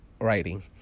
writing